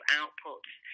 outputs